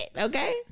Okay